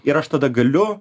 ir aš tada galiu